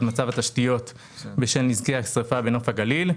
מצב התשתיות בשל נזקי השריפה בנוף הגליל.